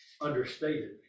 understated